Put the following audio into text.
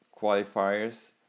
qualifiers